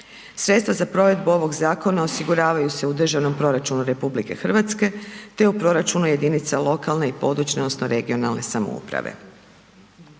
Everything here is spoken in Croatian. Sredstva za provedu ovog zakona osiguravaju se u Državnom proračunu RH te u proračunu jedinica lokalne i područne odnosno regionalne samouprave.